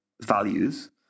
values